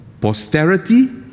posterity